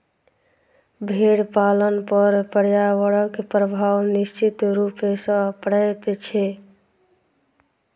भेंड़ पालन पर पर्यावरणक प्रभाव निश्चित रूप सॅ पड़ैत छै